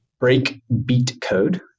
breakbeatcode